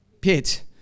pit